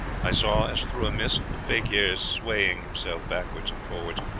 i saw, as through a mist, the fakir swaying himself backwards and forwards,